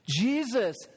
Jesus